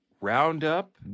roundup